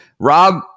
Rob